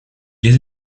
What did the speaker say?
les